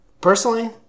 personally